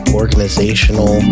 organizational